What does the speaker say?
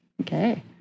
Okay